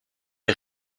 est